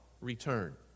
return